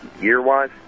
year-wise